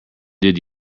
did